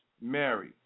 Mary